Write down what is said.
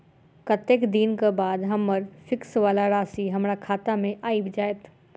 कत्तेक दिनक बाद हम्मर फिक्स वला राशि हमरा खाता मे आबि जैत?